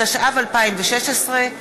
התשע"ו 2016,